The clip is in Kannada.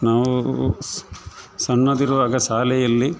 ನಾವು ಸಣ್ಣದಿರುವಾಗ ಶಾಲೆಯಲ್ಲಿ